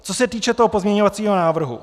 Co se týče toho pozměňovacího návrhu.